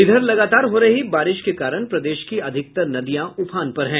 इधर लगातार हो रही बारिश के कारण प्रदेश की अधिकतर नदियां उफान पर हैं